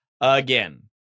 again